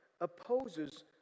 opposes